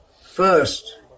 first